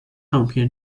唱片